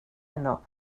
heno